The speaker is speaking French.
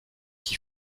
qui